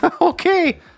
Okay